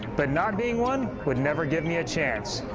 but not being one would never give me a chance.